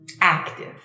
active